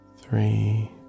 three